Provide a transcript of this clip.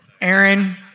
Aaron